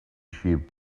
sheep